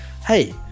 hey